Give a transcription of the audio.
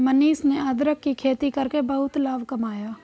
मनीष ने अदरक की खेती करके बहुत लाभ कमाया